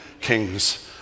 kings